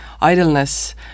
idleness